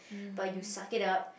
but you suck it up